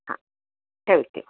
हा ठेवते